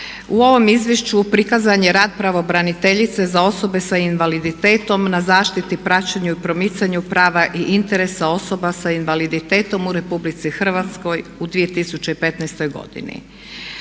U ovom izvješću prikazan je rad pravobraniteljice za osobe sa invaliditetom na zaštiti, praćenju i promicanju prava i interesa osoba sa invaliditetom u Republici Hrvatskoj u 2015. godini.